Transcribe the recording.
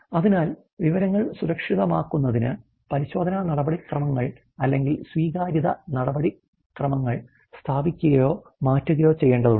അതിനാൽ വിവരങ്ങൾ സുരക്ഷിതമാക്കുന്നതിന് പരിശോധനാ നടപടിക്രമങ്ങൾ അല്ലെങ്കിൽ സ്വീകാര്യത നടപടിക്രമങ്ങൾ സ്ഥാപിക്കുകയോ മാറ്റുകയോ ചെയ്യേണ്ടതുണ്ട്